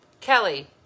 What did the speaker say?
Kelly